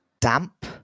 damp